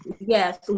yes